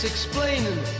explaining